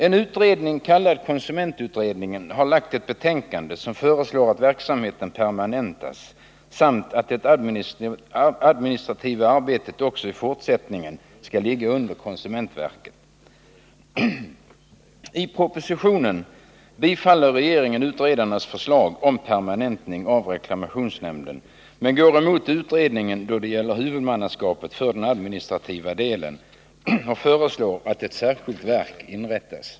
En utredning kallad konsumentutredningen har lagt fram ett betänkande som föreslår att verksamheten permanentas samt att det administrativa arbetet också i fortsättningen skall ligga under konsumentverket. I propositionen tillstyrker regeringen utredarnas förslag om permanentning av reklamationsnämnden men går emot utredningen då det gäller huvudmannaskapet för den administrativa delen och föreslår att ett särskilt verk inrättas.